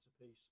apiece